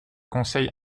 conseil